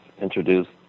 introduced